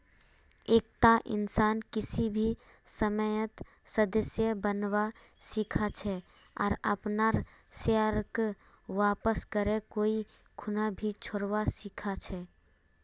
एकता इंसान किसी भी समयेत सदस्य बनवा सीखा छे आर अपनार शेयरक वापस करे कोई खूना भी छोरवा सीखा छै